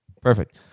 Perfect